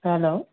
hello